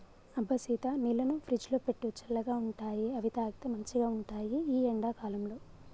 అబ్బ సీత నీళ్లను ఫ్రిజ్లో పెట్టు చల్లగా ఉంటాయిఅవి తాగితే మంచిగ ఉంటాయి ఈ ఎండా కాలంలో